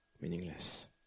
meaningless